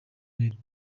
noheli